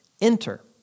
enter